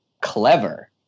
clever